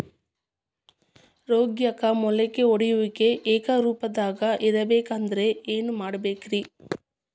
ರಾಗ್ಯಾಗ ಮೊಳಕೆ ಒಡೆಯುವಿಕೆ ಏಕರೂಪದಾಗ ಇರಬೇಕ ಅಂದ್ರ ಏನು ಮಾಡಬೇಕ್ರಿ?